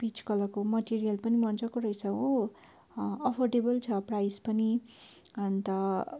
pitch कलरको material पनि मजाको रहेछ हो अफोर्टेबल छ प्राइज पनि अन्त